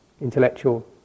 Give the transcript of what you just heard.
intellectual